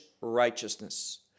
righteousness